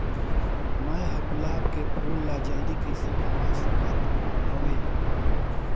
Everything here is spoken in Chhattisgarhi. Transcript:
मैं ह गुलाब के फूल ला जल्दी कइसे खवाय सकथ हवे?